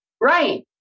Right